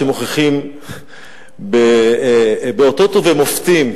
שמוכיחים באותות ובמופתים,